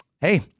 hey